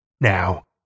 Now